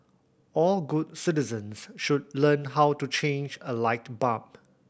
all good citizens should learn how to change a light bulb